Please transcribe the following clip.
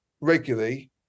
regularly